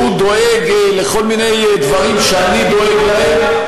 דואג לכל מיני דברים שאני דואג להם.